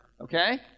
okay